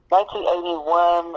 1981